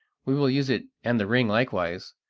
we will use it and the ring likewise,